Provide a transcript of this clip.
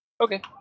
Okay